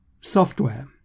software